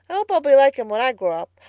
i hope i'll be like him when i grow up.